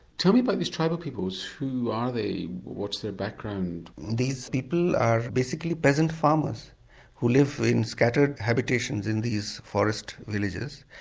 tell me about these tribal peoples, who are they, what's their background? these people are basically peasant farmers who live in scattered habitations in these forest villages,